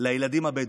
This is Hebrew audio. לילדים הבדואים,